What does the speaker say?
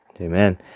amen